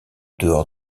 dehors